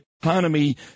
economy